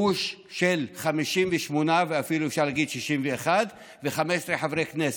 גוש של 58, ואפילו אפשר להגיד 61, ו-15 חברי כנסת.